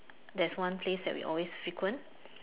there's one place that we always frequent